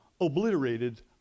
obliterated